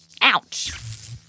ouch